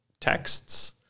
texts